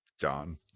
John